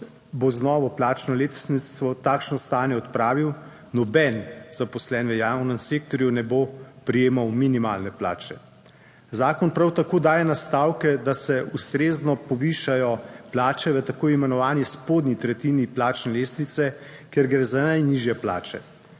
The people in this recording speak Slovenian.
bo z novo plačno lestvico takšno stanje odpravil. Noben zaposlen v javnem sektorju ne bo prejemal minimalne plače. Zakon prav tako daje nastavke, da se ustrezno povišajo plače v tako imenovani spodnji tretjini plačne lestvice, kjer gre za najnižje plače